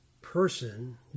person